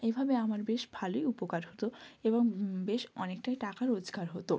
এভাবে আমার বেশ ভালোই উপকার হতো এবং বেশ অনেকটাই টাকা রোজগার হতো